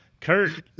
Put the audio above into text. Kurt